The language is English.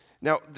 Now